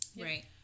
right